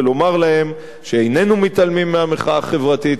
ולומר להם שאיננו מתעלמים מהמחאה החברתית.